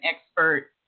expert